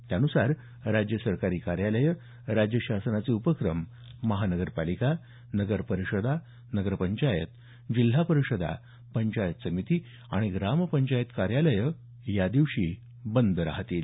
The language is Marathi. त्यानुसार राज्य सरकारी कार्यालयं राज्य शासनाचे उपक्रम महानगरपालिका नगर परिषदा नगर पंचायत जिल्हा परिषदा पंचायत समिती आणि ग्रामपंचायत कार्यालयं यादिवशी बंद राहतील